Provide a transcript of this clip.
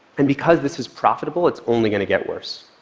and because this is profitable, it's only going to get worse.